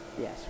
Yes